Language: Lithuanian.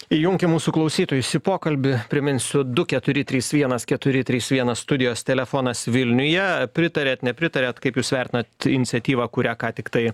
įjunkim mūsų klausytojus į pokalbį priminsiu du keturi trys vienas keturi trys vienas studijos telefonas vilniuje pritariat nepritariat kaip jūs vertinat iniciatyvą kurią ką tiktai